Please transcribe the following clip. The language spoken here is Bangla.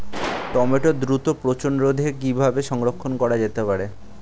টমেটোর দ্রুত পচনরোধে কিভাবে সংরক্ষণ করা যেতে পারে?